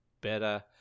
better